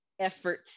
effort